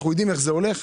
יודעים איך זה הולך.